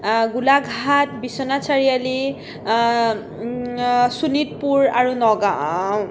গোলাঘাট বিশ্বনাথ চাৰিআলি শোণিতপুৰ আৰু নগাঁও